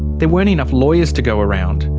there weren't enough lawyers to go round.